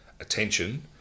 attention